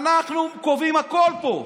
אנחנו קובעים הכול פה: